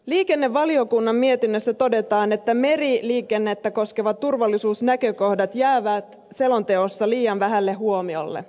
liikennevaliokunnan mietinnössä todetaan että meriliikennettä koskevat turvallisuusnäkökohdat jäävät selonteossa liian vähälle huomiolle